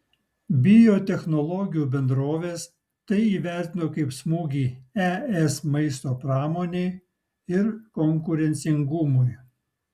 biotechnologijų bendrovės tai įvertino kaip smūgį es maisto pramonei ir konkurencingumui